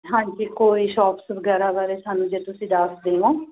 ਹਾਂਜੀ ਕੋਈ ਸ਼ੋਪਸ ਵਗੈਰਾ ਬਾਰੇ ਸਾਨੂੰ ਜੇ ਤੁਸੀਂ ਦੱਸਦੇ ਹੋ